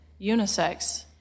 unisex